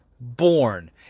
born